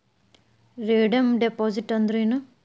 Redeem deposit ಅಂದ್ರೇನ್?